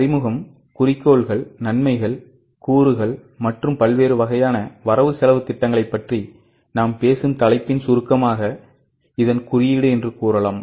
அறிமுகம் குறிக்கோள்கள் நன்மைகள் கூறுகள் மற்றும் பல்வேறு வகையான வரவு செலவுத் திட்டங்களைப் பற்றி நாம் பேசும் தலைப்பின் சுருக்கமான குறியீடாகும்